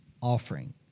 offering